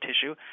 tissue